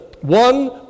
one